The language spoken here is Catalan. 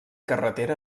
carretera